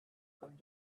going